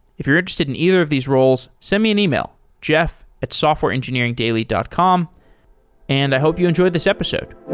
if you're interested in either of these roles, send me an email, jeff at softwareengineeringdaily dot com and i hope you enjoy this episode